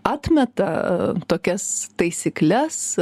atmeta tokias taisykles